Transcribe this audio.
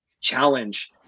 challenge